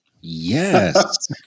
Yes